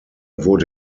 wurde